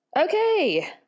Okay